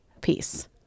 peace